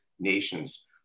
nations